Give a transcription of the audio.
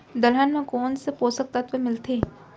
दलहन म कोन से पोसक तत्व मिलथे?